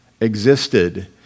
existed